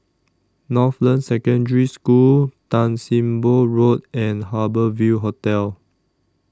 Northland Secondary School Tan SIM Boh Road and Harbour Ville Hotel